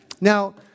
Now